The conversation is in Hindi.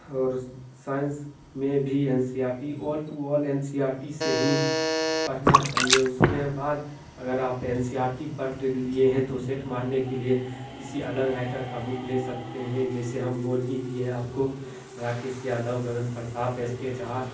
और साइंस में भी N C R T all to all N C R T से ही पढ़ना चाहिए उसके बाद अगर आप एन सी आर टी पढ़ लिए हैं तो सेट मारने के लिए किसी अलग राईटर की बुक ले सकते हैं जैसे हम बोल ही दिए हैं आपको राकेश यादव गगन प्रताप एस के झा